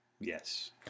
Yes